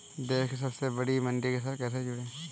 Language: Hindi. देश की सबसे बड़ी मंडी के साथ कैसे जुड़ें?